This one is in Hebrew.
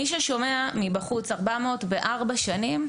אדם מבחוץ ששומע 400 בארבע שנים,